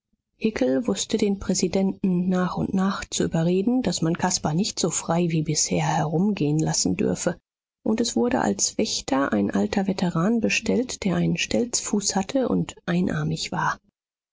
wußte den präsidenten nach und nach zu überreden daß man caspar nicht so frei wie bisher herumgehen lassen dürfe und es wurde als wächter ein alter veteran bestellt der einen stelzfuß hatte und einarmig war